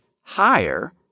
higher